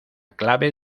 clave